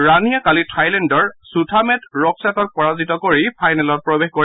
ৰাণীয়ে কালি থাইলেণ্ডৰ ছুথামেট ৰকছাটক পৰাজিত কৰি ফাইনেলত প্ৰৱেশ কৰে